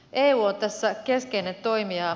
eu on tässä keskeinen toimija